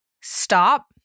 stop